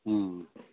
हुँ